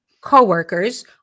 coworkers